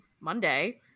Monday